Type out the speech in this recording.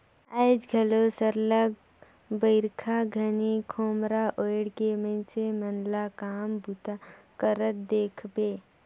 आएज घलो सरलग बरिखा घनी खोम्हरा ओएढ़ के मइनसे मन ल काम बूता करत देखबे